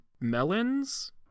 melons